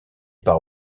par